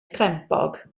crempog